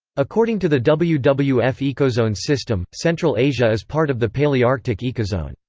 according to the wwf wwf ecozones system, central asia is part of the palearctic ecozone.